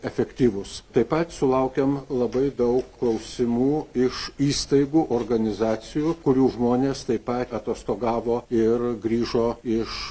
efektyvūs taip pat sulaukėm labai daug klausimų iš įstaigų organizacijų kurių žmonės taip pat atostogavo ir grįžo iš